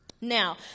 Now